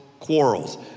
Quarrels